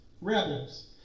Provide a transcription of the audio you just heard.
Rebels